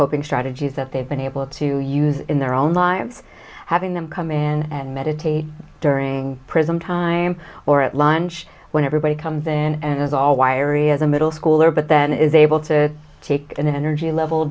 coping strategies that they've been able to use in their own lives having them come in and meditate during prison time or at lunch when everybody comes in and is all wired he is a middle schooler but then is able to take an energy level